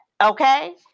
Okay